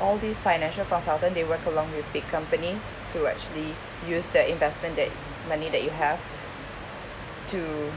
all these financial consultant then they work along with big companies to actually use the investment that money that you have to